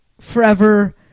forever